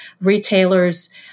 retailers